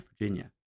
Virginia